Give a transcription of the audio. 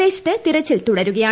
പ്രദേശത്ത് തിരച്ചിൽ തുടരുകയാണ്